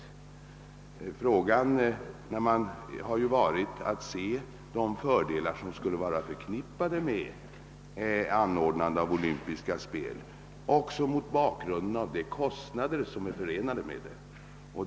Frågan har ju också gällt vilka fördelar som skulle vara förknippade med ett anordnande av olympiska spel mot bakgrunden av de kostnader som är förenade därmed.